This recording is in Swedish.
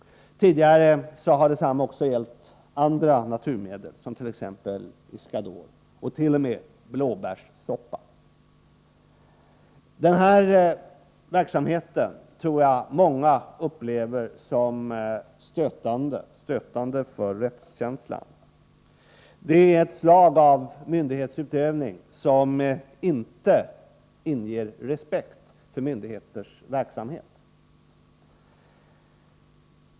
Tidigare har detsamma också gällt andra naturmedel, som t.ex. Iscador och t.o.m. blåbärssoppa. Den verksamheten tror jag många upplever som stötande för rättskänslan. Det är ett slag av heter att tillverka THX heter att tillverka THX myndighetsutövning som inte inger respekt för myndigheters verksamhet.